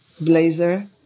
blazer